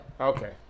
Okay